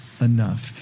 enough